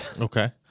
Okay